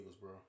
bro